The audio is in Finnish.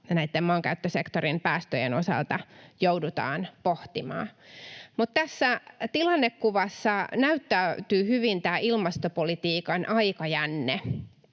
maankäyttösektorin päästöjen osalta joudutaan pohtimaan. Mutta tässä tilannekuvassa näyttäytyy hyvin tämä ilmastopolitiikan aikajänne.